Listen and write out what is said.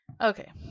Okay